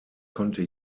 konnte